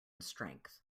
strength